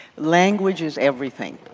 language is everything.